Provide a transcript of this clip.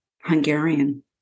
hungarian